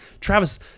Travis